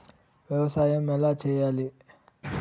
వ్యవసాయం ఎలా చేయాలి?